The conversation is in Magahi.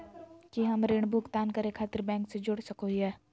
की हम ऋण भुगतान करे खातिर बैंक से जोड़ सको हियै?